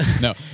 No